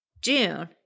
June